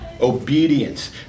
obedience